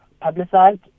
publicized